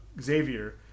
Xavier